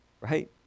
Right